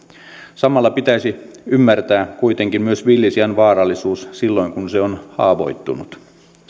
samalla pitäisi kuitenkin myös ymmärtää villisian vaarallisuus silloin kun se on haavoittunut